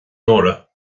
nóra